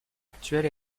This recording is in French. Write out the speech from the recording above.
actuel